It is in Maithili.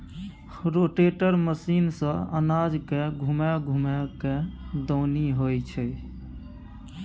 रोटेटर मशीन सँ अनाज के घूमा घूमा कय दऊनी होइ छै